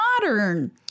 modern